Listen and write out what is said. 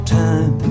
time